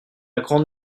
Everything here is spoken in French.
grande